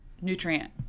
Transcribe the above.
nutrient